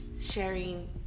sharing